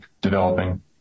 developing